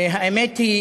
האמת היא